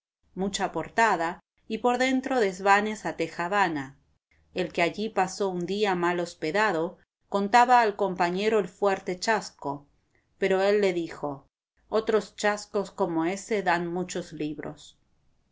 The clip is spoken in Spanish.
mucha portada y por dentro desvanes a teja vana el que allí pasó un día mal hospedado contaba al compañero el fuerte chasco pero él le dijo otros chascos como ése dan muchos libros